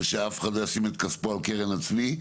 ושאף אחד לא ישים את כספו על קרן הצבי,